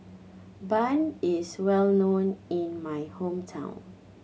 bun is well known in my hometown